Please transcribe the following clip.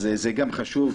אז זה גם חשוב,